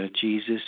Jesus